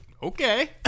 okay